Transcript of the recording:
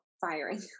firing